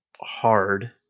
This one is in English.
hard